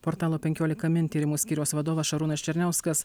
portalo penkiolika min tyrimų skyriaus vadovas šarūnas černiauskas